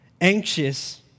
anxious